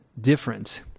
different